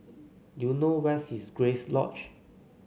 do you know where is Grace Lodge